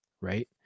right